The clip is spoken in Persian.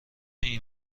این